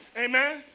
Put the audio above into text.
Amen